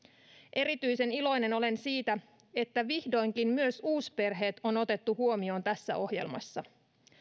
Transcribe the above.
erityisen iloinen olen siitä että vihdoinkin myös uusperheet on otettu huomioon tässä ohjelmassa